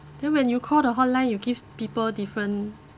then when you call the hotline you give people different